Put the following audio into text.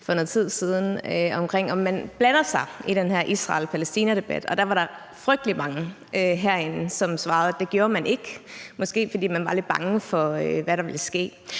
for noget tid siden for at høre, om de blandede sig i den her Israel-Palæstinadebat, og der var der frygtelig mange herinde, som svarede, at det gjorde man ikke, måske fordi man var lidt bange for, hvad der ville ske.